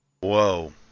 Whoa